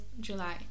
july